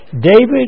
David